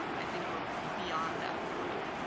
i think we're beyond that point.